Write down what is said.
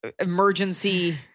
emergency